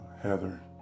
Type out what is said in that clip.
Heather